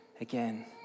again